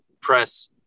press